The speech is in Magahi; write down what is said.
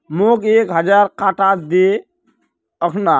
मोक एक हजार टका दे अखना